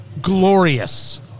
glorious